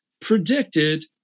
predicted